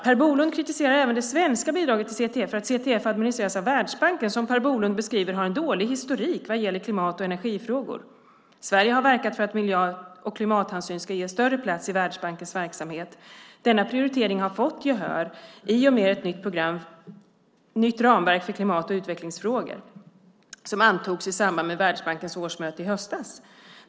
Per Bolund kritiserar även det svenska bidraget till CTF för att CTF administreras av Världsbanken som Per Bolund beskriver har en dålig historik vad gäller klimat och energifrågor. Sverige har verkat för att miljö och klimathänsyn ska ges större plats i Världsbankens verksamhet. Denna prioritering har fått gehör i och med ett nytt ramverk för klimat och utvecklingsfrågor som antogs i samband med Världsbankens årsmöte i höstas.